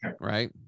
Right